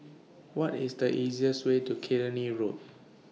What IS The easiest Way to Killiney Road